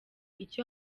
icyo